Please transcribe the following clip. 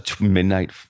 midnight